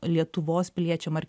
lietuvos piliečiam ar